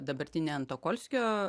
dabartinė antokolskio